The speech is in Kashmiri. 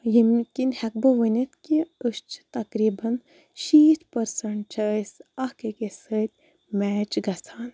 ییٚمہِ کِنۍ ہیٚکہٕ بہٕ ؤنِتھ کہِ أسۍ چھِ تقریٖبًا شیٖتھ پٔرسَنٛٹ چھِ أسۍ اَکھ أکِس سۭتۍ میچ گژھان